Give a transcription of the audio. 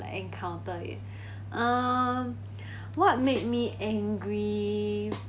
like encounter it um what made me angry